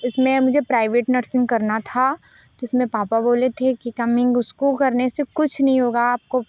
इसमें मुझे private nursing करना था उसमें पापा बोले थे कि कमिंग उसको करने से कुछ नहीं होगा आपको